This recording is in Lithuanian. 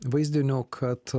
vaizdiniu kad